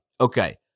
Okay